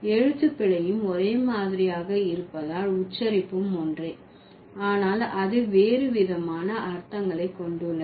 எழுத்து பிழையும் ஒரே மாதிரியாக இருப்பதால் உச்சரிப்பும் ஒன்றே ஆனால் அது வேறு விதமான அர்த்தங்களை கொண்டுள்ளது